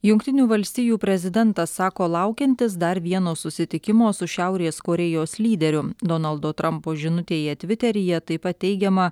jungtinių valstijų prezidentas sako laukiantis dar vieno susitikimo su šiaurės korėjos lyderiu donaldo trampo žinutėje tviteryje taip pat teigiama